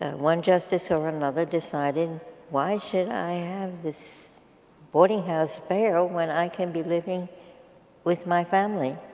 ah one justice or another dicided why should i have this boarding house fare when i can be living with my family.